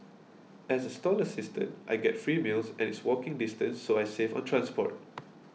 as a stall assistant I get free meals and it's walking distance so I save on transport